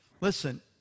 Listen